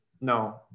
no